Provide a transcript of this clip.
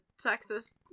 Texas